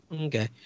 okay